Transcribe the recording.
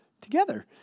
Together